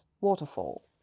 waterfall